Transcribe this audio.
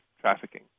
trafficking